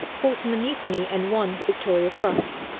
fought in the mutiny, and won victoria cross.